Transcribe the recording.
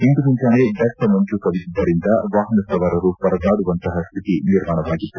ಇಂದು ಮುಂಜಾನೆ ದಟ್ಟ ಮಂಜು ಕವಿದಿದ್ದರಿಂದ ವಾಹನ ಸವಾರರು ಪರದಾಡುವಂತಹ ಸ್ಥಿತಿ ನಿರ್ಮಾಣವಾಗಿತ್ತು